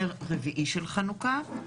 נר רביעי של חנוכה,